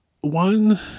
One